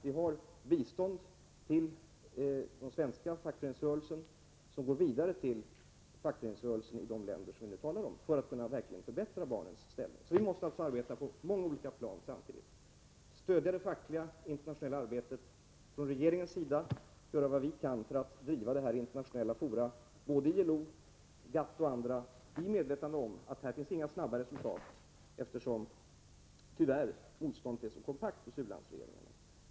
Vi ger bistånd till den svenska fackföreningsrörelsen, vilket går vidare till fackföreningsrörelsen i de länder vi nu talar om, för att verkligen kunna förbättra barnens ställning. Vi måste alltså arbeta på många olika plan samtidigt, och vi måste stödja det fackliga internationella arbetet. Från regeringens sida skall vi göra vad vi kan för att driva denna fråga i internationella fora — ILO, GATT och andra —i medvetande om att det här inte går att nå snabba resultat, eftersom motståndet tyvärr är så kompakt hos u-landsregeringarna.